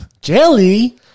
Jelly